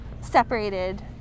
separated